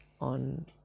on